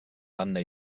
banda